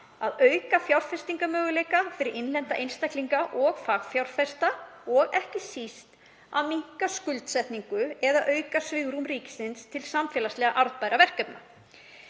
auka fjárfestingarmöguleika fyrir innlenda einstaklinga og fagfjárfesta og ekki síst að minnka skuldsetningu eða auka svigrúm ríkisins til samfélagslega arðbærra verkefna.